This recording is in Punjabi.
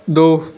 ਦੋ